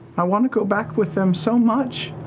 i want to go back with them so much.